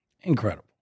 Incredible